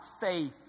faith